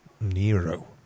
Nero